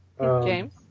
James